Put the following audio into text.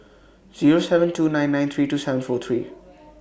Zero seven two nine nine three two seven four three